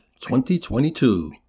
2022